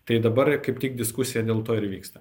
tai dabar kaip tik diskusija dėl to ir vyksta